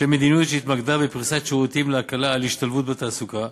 מדיניות שהתמקדה בפריסת שירותים להקלה על השתלבות בתעסוקה,